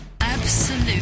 Absolute